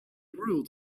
ruled